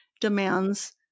demands